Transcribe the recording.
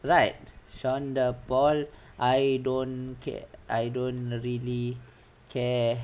right sean paul I don't care I don't really care